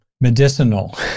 medicinal